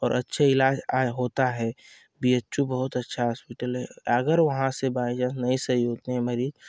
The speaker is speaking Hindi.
और अच्छे इलाज आ होता है बी एच यू बहुत अच्छा है हासपिटल है अगर वहाँ से बाइ चांस नहीं सही होते हैं मरीज